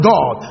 God